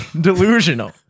delusional